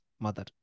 mother